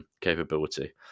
capability